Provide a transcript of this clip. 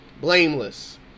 blameless